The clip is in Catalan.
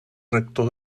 rector